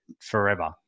forever